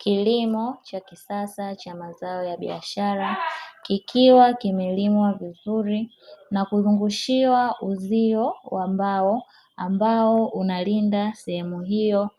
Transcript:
Kilimo cha kisasa cha mazao ya biashara, kikiwa kimelimwa vizuri na kuzungushiwa uzio wa mbao, ambao unalinda sehemu hiyo